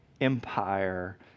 empire